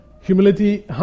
Humility